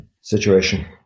situation